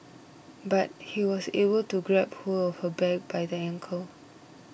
but he was able to grab hold of her leg by the ankle